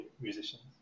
musicians